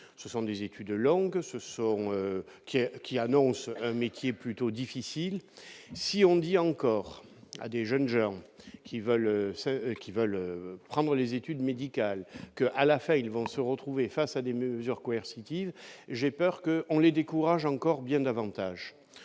ce sont des études longues, ce sont qui a, qui annonce un métier plutôt difficile, si on dit encore à des jeunes gens qui veulent qui veulent prendre les études médicales, à la fin, ils vont se retrouver face à des mesures Commercy TIW j'ai peur que on les décourage encore bien davantage,